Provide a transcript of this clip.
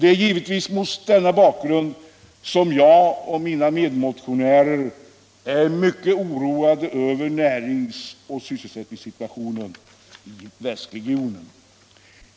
Det är givetvis mot denna bakgrund som jag och mina medmotionärer är mycket oroade över närings och sysselsättningssituationen i västregionen.